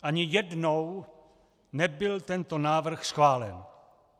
Ani jednou nebyl tento návrh schválen.